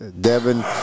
Devin